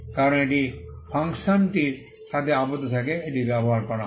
কারণ এটি ফাংশনটির সাথে আবদ্ধ থাকে এটি ব্যবহার করা হয়